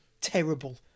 terrible